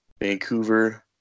Vancouver